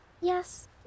Yes